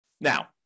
Now